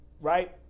right